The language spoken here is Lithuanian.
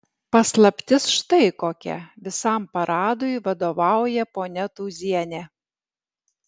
paslaptis štai kokia visam paradui vadovauja ponia tūzienė